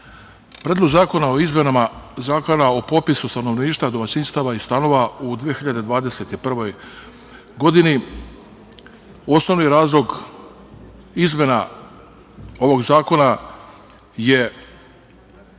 Predlog zakona o izmenama Zakona o popisu stanovništva domaćinstava i stanova u 2021. godini, osnovni razlog izmena ovog zakona je